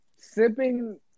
Sipping